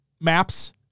maps